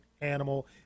animal